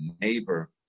neighbor